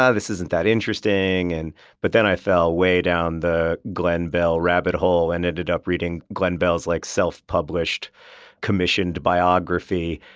yeah this isn't that interesting and but then i fell way down the glen bell rabbit hole and ended up reading glen bell's like self-published commissioned biography.